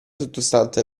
sottostante